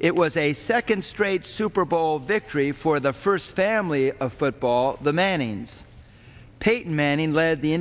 it was a second straight super bowl victory for the first family of football the mannings peyton manning led the